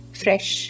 fresh